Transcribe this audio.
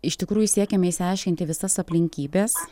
iš tikrųjų siekiame išsiaiškinti visas aplinkybes